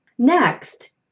Next